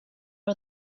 are